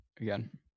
again